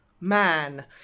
man